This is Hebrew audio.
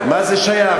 מה זה שייך?